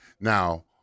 Now